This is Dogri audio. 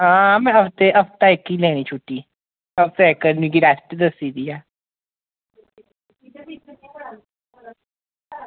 हां में ते हफ्ता इक ई लैनी छुट्टी हफ्ता इक मिगी रेस्ट दस्सी दी ऐ